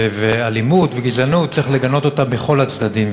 אלימות וגזענות צריך לגנות אותם בכל הצדדים.